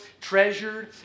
treasured